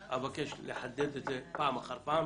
אבקש לחדד את זה פעם אחר פעם.